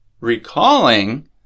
Recalling